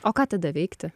o ką tada veikti